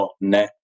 .NET